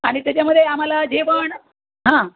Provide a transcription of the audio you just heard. आणि त्याच्यामध्ये आम्हाला जेवण हां